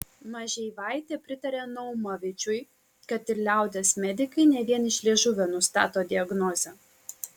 mažeivaitė pritaria naumavičiui kad ir liaudies medikai ne vien iš liežuvio nustato diagnozę